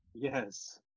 Yes